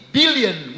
billion